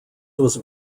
was